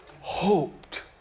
hoped